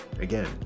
again